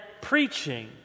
preaching